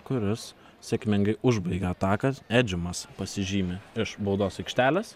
kuris sėkmingai užbaigia ataką edžimas pasižymi iš baudos aikštelės